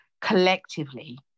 collectively